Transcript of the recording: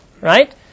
right